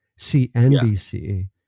cnbc